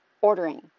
ordering